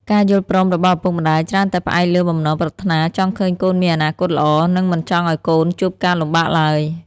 ការយល់ព្រមរបស់ឪពុកម្ដាយច្រើនតែផ្អែកលើបំណងប្រាថ្នាចង់ឃើញកូនមានអនាគតល្អ និងមិនចង់ឱ្យកូនជួបការលំបាកឡើយ។